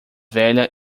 velha